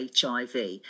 HIV